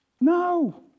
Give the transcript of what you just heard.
No